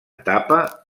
etapa